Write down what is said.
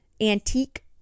Antique